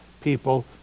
people